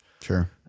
Sure